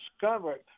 discovered